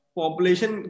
population